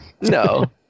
No